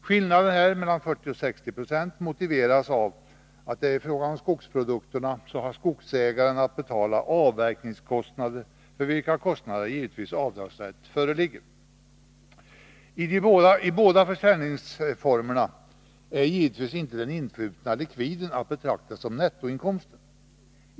Skillnaden mellan 40 och 60 96 motiveras av att i fråga om skogsprodukterna har skogsägaren att betala avverkningskostnaderna, för vilka kostnader givetvis avdragsrätt föreligger. I båda försäljningsformerna är givetvis inte den influtna likviden att betrakta som en nettoinkomst.